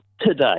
today